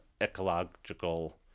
ecological